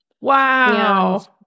Wow